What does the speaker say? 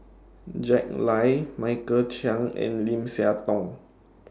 Jack Lai Michael Chiang and Lim Siah Tong